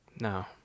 No